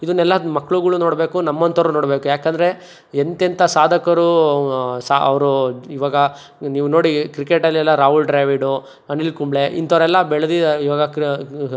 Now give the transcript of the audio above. ಇದನ್ನೆಲ್ಲ ಮಕ್ಳುಗಳು ನೋಡಬೇಕು ನಮ್ಮಂಥೋರು ನೋಡಬೇಕು ಯಾಕೆಂದ್ರೆ ಎಂಥೆಂಥ ಸಾಧಕರೂ ಸ ಅವರೂ ಇವಾಗ ನೀವು ನೋಡಿ ಕ್ರಿಕೆಟಲ್ಲೆಲ್ಲ ರಾಹುಲ್ ದ್ರಾವಿಡು ಅನಿಲ್ ಕುಂಬ್ಳೆ ಇಂಥೋರೆಲ್ಲಾ ಬೆಳ್ದು ಇವಾಗ ಕ